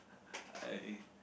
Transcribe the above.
I